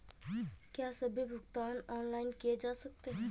क्या सभी भुगतान ऑनलाइन किए जा सकते हैं?